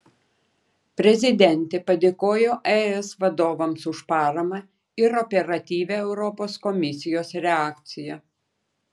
prezidentė padėkojo es vadovams už paramą ir operatyvią europos komisijos reakciją